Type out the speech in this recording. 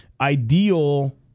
ideal